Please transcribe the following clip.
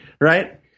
right